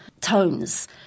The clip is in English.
tones